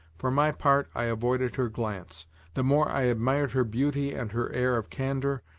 for my part, i avoided her glance the more i admired her beauty and her air of candor,